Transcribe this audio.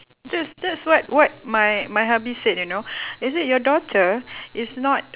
that's that's what what my my hubby said you know he said your daughter is not